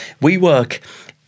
WeWork